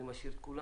אני משאיר את כולם,